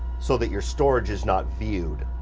so that your storage is not viewed,